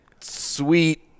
sweet